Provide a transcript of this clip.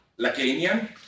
Lacanian